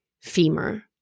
femur